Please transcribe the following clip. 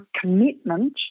commitment